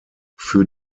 für